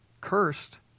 cursed